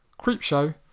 Creepshow